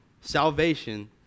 salvation